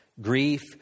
Grief